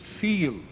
feel